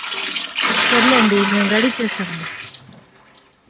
సర్లే అండి మేము రెడీ చేస్తాము